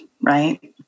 Right